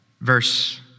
verse